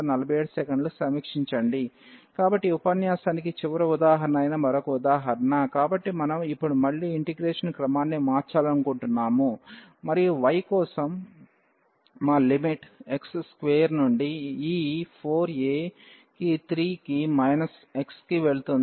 01y2yfxydxdy కాబట్టి ఈ ఉపన్యాసానికి చివరి ఉదాహరణ అయిన మరొక ఉదాహరణ కాబట్టి మనం ఇప్పుడు మళ్లీ ఇంటిగ్రేషన్ క్రమాన్ని మార్చాలనుకుంటున్నాము మరియు y కోసం మా లిమిట్ x స్క్వేర్ నుండి ఈ 4 a కి 3 కి మైనస్ x కి వెళుతుంది